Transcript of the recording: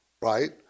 right